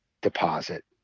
deposit